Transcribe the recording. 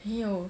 没有